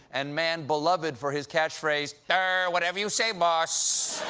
and man beloved for his catchphrase derrr, whatever you say boss,